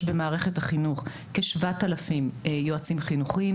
במערכת החינוך כ-7,000 יועצים חינוכיים,